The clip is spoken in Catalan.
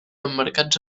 emmarcats